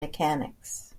mechanics